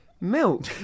milk